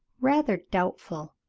rather doubtful.